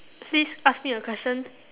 please ask me a question